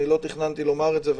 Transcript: אני לא תכננתי לומר את זה,